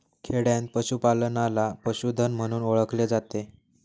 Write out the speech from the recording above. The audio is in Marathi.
खेडयांत पशूपालनाला पशुधन म्हणून ओळखले जाते